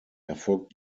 erfolgt